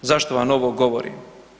Zašto vam ovo govorim?